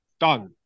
Done